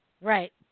Right